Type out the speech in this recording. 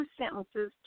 sentences